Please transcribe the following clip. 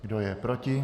Kdo je proti?